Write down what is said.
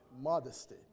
Modesty